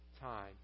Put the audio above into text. time